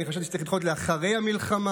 אני חשבתי שצריך לדחות לאחרי המלחמה,